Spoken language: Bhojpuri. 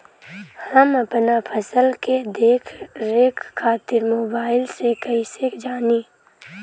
हम अपना फसल के देख रेख खातिर मोबाइल से कइसे जानी?